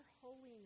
holiness